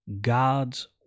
God's